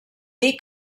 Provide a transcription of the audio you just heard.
dir